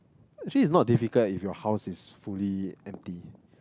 actually it's not difficult if your house is fully empty